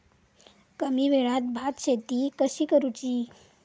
कमी वेळात भात शेती कशी करुची?